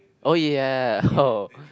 oh ya oh